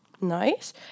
nice